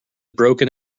broken